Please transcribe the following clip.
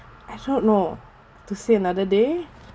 I felt know to see another day